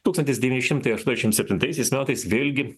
tūkstantis devyni šimtai aštuoniasdešimt septintaisiais metais vėlgi